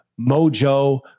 mojo